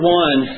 one